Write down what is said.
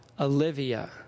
Olivia